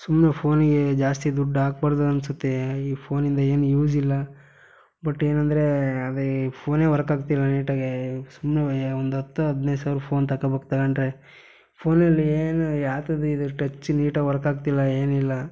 ಸುಮ್ಮನೆ ಫೋನಿಗೆ ಜಾಸ್ತಿ ದುಡ್ಡು ಹಾಕಬಾರ್ದು ಅನ್ನಿಸುತ್ತೆ ಈ ಫೋನಿಂದ ಏನೂ ಯೂಸ್ ಇಲ್ಲ ಬಟ್ ಏನಂದರೆ ಅದೇ ಫೋನೇ ವರ್ಕ್ ಆಗ್ತಿಲ್ಲ ನೀಟಾಗಿ ಸುಮ್ಮನೆ ಒಂದು ಹತ್ತೋ ಹದಿನೈದು ಸಾವಿರದ್ದು ಫೋನ್ ತಕಾಬೇಕ್ ತಗೊಂಡ್ರೆ ಫೋನಲ್ಲಿ ಏನು ಯಾವ ಥರದ್ದು ಇದು ಟಚ್ ನೀಟಾಗಿ ವರ್ಕ್ ಆಗ್ತಿಲ್ಲ ಏನೂ ಇಲ್ಲ